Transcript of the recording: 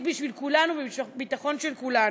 בשביל כולנו ובשביל הביטחון של כולנו.